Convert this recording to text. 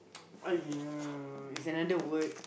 !aiyo! is another word